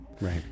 Right